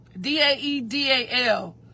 D-A-E-D-A-L